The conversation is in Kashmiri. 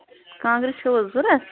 کانٛگرِ چھَو حظ ضروٗرت